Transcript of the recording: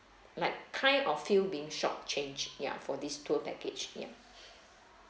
like kind of feel being short changed ya for this tour package ya